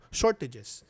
shortages